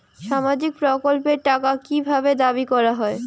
সামাজিক প্রকল্পের টাকা কি ভাবে দাবি করা হয়?